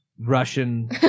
Russian